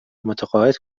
متقاعد